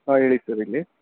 ಹಾಂ ಹೇಳಿ ಸರ್ ಇಲ್ಲಿ